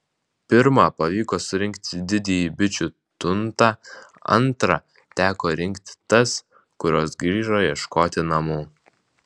pirmą pavyko surinkti didįjį bičių tuntą antrą teko rinkti tas kurios grįžo ieškoti namų